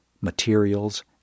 materials